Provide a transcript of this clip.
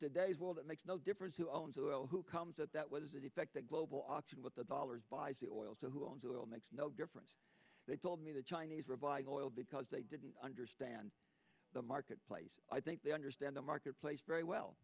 the days well that makes no difference who owns the oil who comes up that was that effect that global option with the dollars buys the oil so who owns oil makes no difference they told me the chinese revival oil because they didn't understand the marketplace i think they understand the marketplace very well